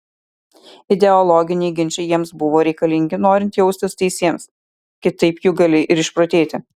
ideologiniai ginčai jiems buvo reikalingi norint jaustis teisiems kitaip juk gali ir išprotėti